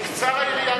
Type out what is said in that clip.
תקצר היריעה